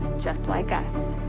just like us.